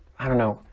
i don't know,